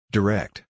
Direct